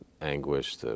anguish